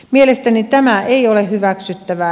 mielestäni tämä ei ole hyväksyttävää